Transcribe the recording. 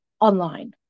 online